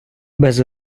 без